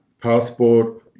passport